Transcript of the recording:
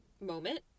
moment